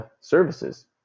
services